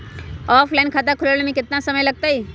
Offline खाता खुलबाबे में केतना समय लगतई?